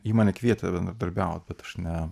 ji mane kvietė bendradarbiaut bet aš ne